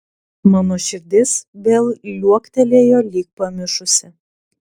mano širdis vėl liuoktelėjo lyg pamišusi